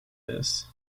this